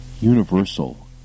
universal